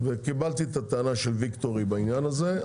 קיבלתי את הטענה של ויקטורי בעניין הזה.